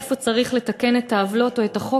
איפה צריך לתקן את העוולות או את החוק,